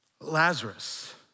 Lazarus